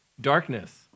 darkness